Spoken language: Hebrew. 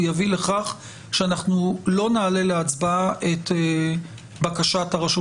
הוא יביא לכך שאנחנו לא נעלה להצבעה את בקשת הרשות